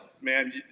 man